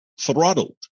throttled